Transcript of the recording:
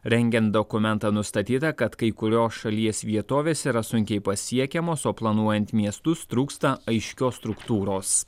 rengiant dokumentą nustatyta kad kai kurios šalies vietovės yra sunkiai pasiekiamos o planuojant miestus trūksta aiškios struktūros